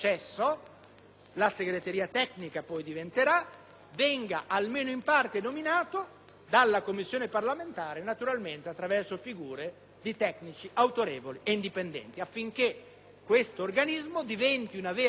la Segreteria tecnica, venga almeno in parte nominato dalla Commissione parlamentare, attraverso figure di tecnici autorevoli e indipendenti, affinché questo organismo diventi una vera e propria